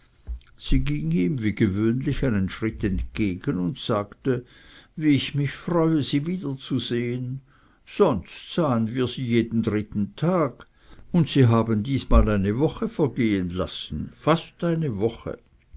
sie ging ihm wie gewöhnlich einen schritt entgegen und sagte wie ich mich freue sie wieder zu sehen sonst sahen wir sie jeden dritten tag und sie haben diesmal eine woche vergehen lassen fast eine woche